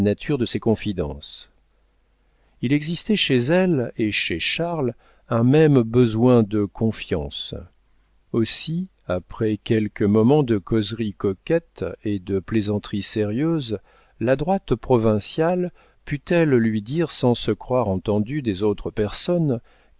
de ses confidences il existait chez elle et chez charles un même besoin de confiance aussi après quelques moments de causerie coquette et de plaisanteries sérieuses l'adroite provinciale put-elle lui dire sans se croire entendue des autres personnes